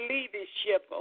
Leadership